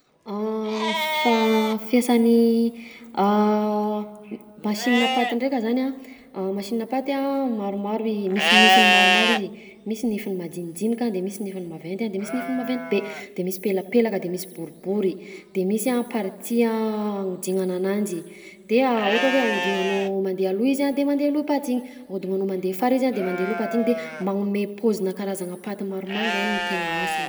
Fa- fiasan'ny m- machine à paty ndraika zany a: machine à paty a maromaro i- misy nifiny maromaro izy, misy nifiny madinidinika de misy nifiny maventy a de misy nifiny maventy be, de misy pelapelaka de misy boribory, de misy a partie agnodignana ananjy de ohatra hoe ahodignanao mandeha aloha izy a de mandeha aloha paty igny, ahodignanao mandeha afara izy a mandeha aloha paty igny de magnome paozinà karazagna paty maromaro zany no tegna asany.